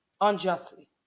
unjustly